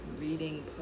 reading